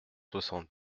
soixante